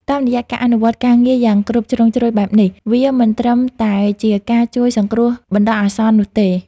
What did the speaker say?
តាមរយៈការអនុវត្តការងារយ៉ាងគ្រប់ជ្រុងជ្រោយបែបនេះ វាមិនត្រឹមតែជាការជួយសង្គ្រោះបណ្ដោះអាសន្ននោះទេ។